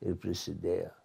ir prisidėjo